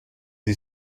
die